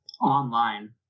online